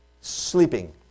sleeping